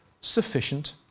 sufficient